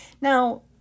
Now